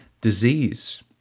disease